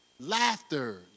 laughter